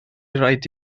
raid